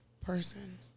person